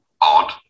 odd